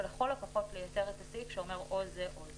ולכל הפחות לייתר את הסעיף שאומר גם מזה וגם